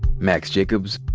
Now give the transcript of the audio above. max jacobs,